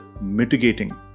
mitigating